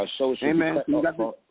Amen